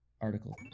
Article